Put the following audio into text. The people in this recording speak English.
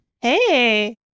Hey